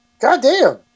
Goddamn